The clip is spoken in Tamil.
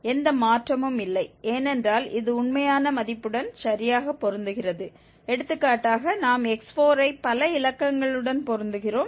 எந்த மாற்றமும் இல்லை ஏனென்றால் இது உண்மையான மதிப்புடன் சரியாக பொருந்துகிறது எடுத்துக்காட்டாக நாம் x4 ஐ பல இலக்கங்களுடன் பொருந்துகிறோம்